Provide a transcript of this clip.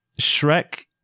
Shrek